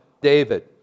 David